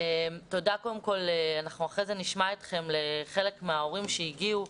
תודה - אנחנו אחר כך נשמע אתכם לחלק מההורים שהגיעו,